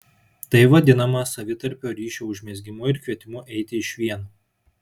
tai vadinama savitarpio ryšio užmezgimu ir kvietimu eiti išvien